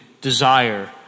desire